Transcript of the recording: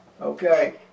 Okay